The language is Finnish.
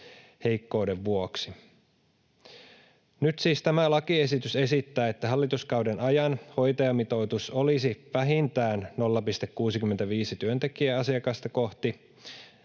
heikkouden vuoksi. Nyt siis tämä lakiesitys esittää, että hallituskauden ajan hoitajamitoitus olisi vähintään 0,65 työntekijää asiakasta kohti.